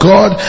God